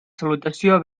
salutació